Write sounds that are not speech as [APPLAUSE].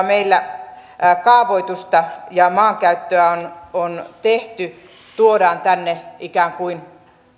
[UNINTELLIGIBLE] meillä kaavoitusta ja maankäyttöä on on tehty tuodaan tänne ikään kuin